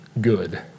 good